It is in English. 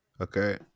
Okay